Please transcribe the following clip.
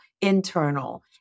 internal